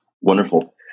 Wonderful